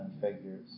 figures